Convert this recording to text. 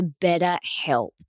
BetterHelp